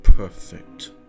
Perfect